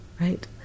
right